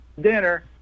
dinner